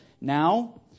Now